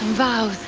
bow